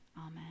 amen